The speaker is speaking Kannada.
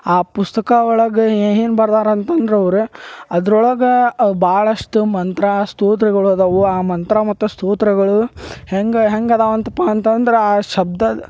ಆ ಪುಸ್ತಕ ಒಳಗೆ ಏನು ಬರ್ದಾರಂತಂದ್ರೆ ಅವ್ರು ಅದ್ರೊಳಗೆ ಭಾಳಷ್ಟು ಮಂತ್ರ ಸ್ತೂತ್ರಗಳು ಅದಾವು ಆ ಮಂತ್ರ ಮತ್ತು ಸ್ತೂತ್ರಗಳು ಹೆಂಗೆ ಹೆಂಗೆ ಅದಾವಂತಪ್ಪ ಅಂತಂದ್ರೆ ಆ ಶಬ್ಧ